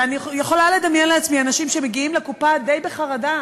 ואני יכולה לדמיין לעצמי אנשים שמגיעים לקופה די בחרדה